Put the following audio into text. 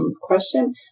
question